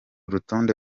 rutonde